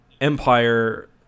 empire